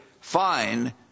fine